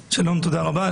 שלום, תודה רבה.